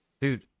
Dude